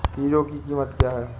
Hero की कीमत क्या है?